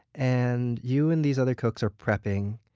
and you and these other cooks are prepping.